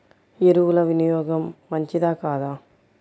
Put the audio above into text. ఎరువుల వినియోగం మంచిదా కాదా?